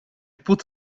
put